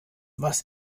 was